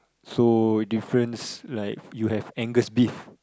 so difference like you have angus beef